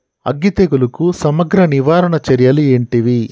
అగ్గి తెగులుకు సమగ్ర నివారణ చర్యలు ఏంటివి?